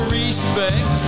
respect